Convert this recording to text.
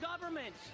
government